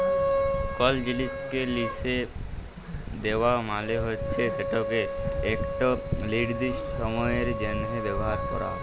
call জিলিসকে লিসে দেওয়া মালে হচ্যে সেটকে একট লিরদিস্ট সময়ের জ্যনহ ব্যাভার ক্যরা